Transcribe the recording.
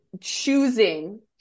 choosing